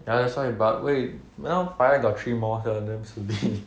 ya that's why but wait now paya got three mall sia damn stupid